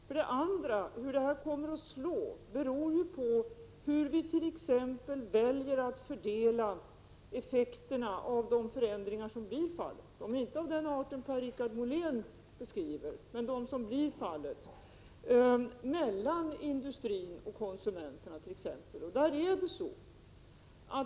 För det andra: Hur detta kommer att slå beror bl.a. på hur vi väljer att fördela effekterna av förändringarna — som inte är av den art som Per-Richard Molén anger — mellan industrin och konsumenterna t.ex.